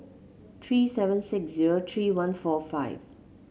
three seven six zero three one four five